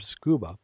Scuba